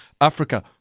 Africa